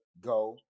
go